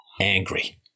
angry